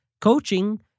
coaching